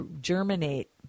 germinate